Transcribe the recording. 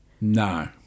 No